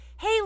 hey